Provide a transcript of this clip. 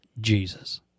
Jesus